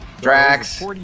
Drax